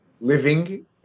living